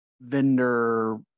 vendor